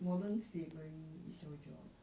modern slavery is your job